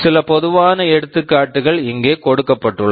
சில பொதுவான எடுத்துக்காட்டுகள் இங்கே கொடுக்கப்பட்டுள்ளன